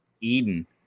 Eden